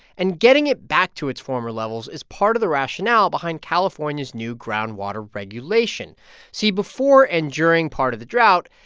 and getting it back to its former levels is part of the rationale behind california's new groundwater regulation see, before and during part of the drought,